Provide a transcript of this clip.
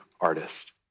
artist